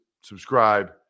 subscribe